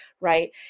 right